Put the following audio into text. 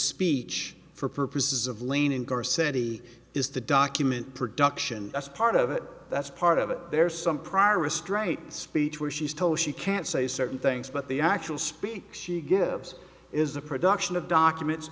speech for purposes of leaning gore city is the document production that's part of it that's part of it there's some prior restraint speech where she's told she can't say certain things but the actual speak she gives is the production of documents